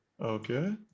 Okay